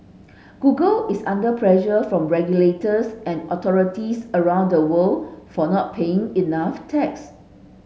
Google is under pressure from regulators and authorities around the world for not paying enough tax